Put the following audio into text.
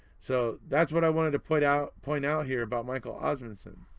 so that's what i wanted to point out point out here about michael osmunson.